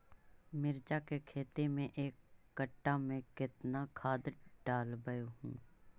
मिरचा के खेती मे एक कटा मे कितना खाद ढालबय हू?